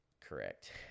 Correct